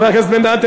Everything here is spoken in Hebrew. חבר הכנסת בן-דהן,